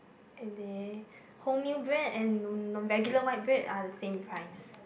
and their wholemeal bread and regular white bread are the same price